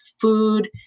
food